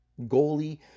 goalie